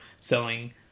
selling